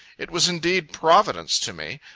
it was indeed providence to me.